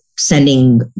sending